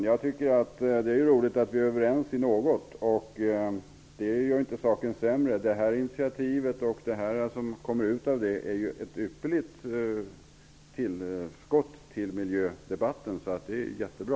Jag tycker att det är roligt att vi är överens om något. Det är vi om Q 2000. Det gör inte saken sämre. Det här initiativet och det som kommer ut av det är ett ypperligt tillskott till miljödebatten. Det är jättebra.